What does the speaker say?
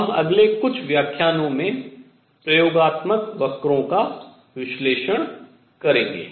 हम अगले कुछ व्याख्यानों में प्रयोगात्मक वक्रों का विश्लेषण करेंगे